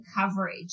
coverage